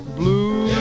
blue